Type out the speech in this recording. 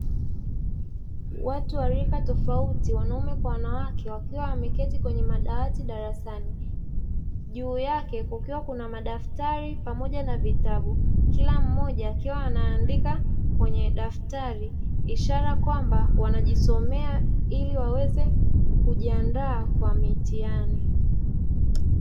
Watu wa rika tofauti wanaume kwa wanawake, wakiwa wameketi kwenye madawati darasani. Juu yake kukiwa na madaftari pamoja na vitabu. Kila mmoja akiwa anaandika kwenye daftari, ishara kwamba wanajisomea ili waweze kujiandaa kwa mitihani.